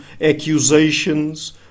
accusations